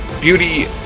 Beauty